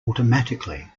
automatically